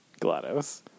GLaDOS